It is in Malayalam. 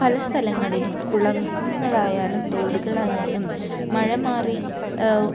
പല സ്ഥലങ്ങളിലും കുളങ്ങളായാലും തൊടുകളായാലും മഴ മാറി